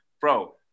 bro